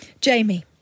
Jamie